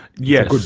yes,